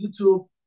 YouTube